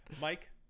Mike